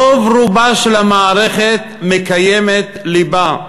רוב-רובה של המערכת מקיימת ליבה.